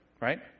right